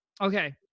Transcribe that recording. Okay